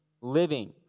living